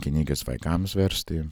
kinygas vaikams versti